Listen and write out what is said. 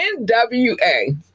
NWA